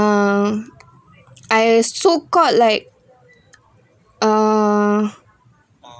uh I so called like uh